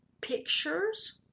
pictures